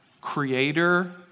creator